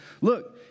look